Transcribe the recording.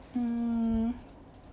mm